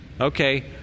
Okay